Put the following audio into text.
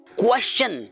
question